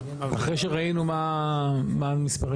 אחרי שראינו מה המספרים.